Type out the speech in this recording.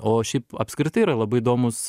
o šiaip apskritai yra labai įdomus